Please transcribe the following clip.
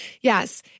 yes